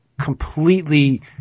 completely